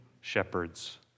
shepherds